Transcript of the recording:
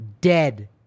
dead